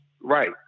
right